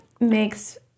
makes